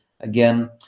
again